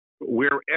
Wherever